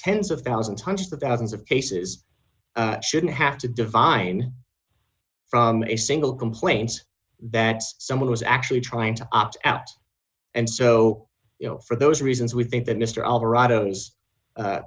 tens of thousands hundreds of thousands of cases shouldn't have to divine from a single complaint that someone was actually trying to opt out and so for those reasons we think that